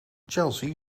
chelsea